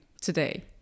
today